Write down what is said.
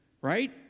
right